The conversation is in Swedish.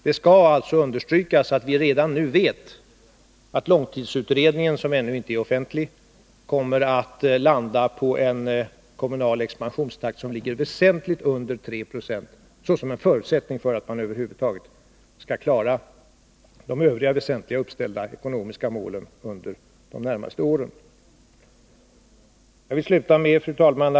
Det skall alltså understrykas att vi redan nu vet att långtidsutredningen, som ännu inte är offentlig, kommer att landa på en kommunal expansionstakt som ligger väsentligt under 3 20 såsom en förutsättning för att det över huvud taget skall gå att klara de övriga väsentliga uppställda ekonomiska målen under de närmaste åren. Fru talman!